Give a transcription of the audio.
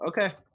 Okay